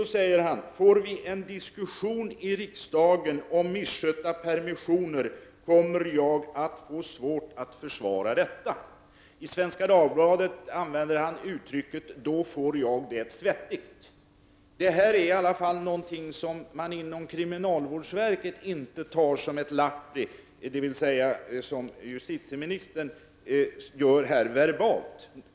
Han säger bl.a.: ”Får vi en diskussion i riksdagen om misskötta permissioner, kommer jag att få svårt att försvara detta.” I Svenska Dagbladet säger han: ”Blir det debatt i riksdagen om misskötta permissioner, får jag det svettigt ---.” Detta är i alla fall något som man inom kriminalvårdsstyrelsen inte tar som ett lappri, vilket justitieministern gör här verbalt.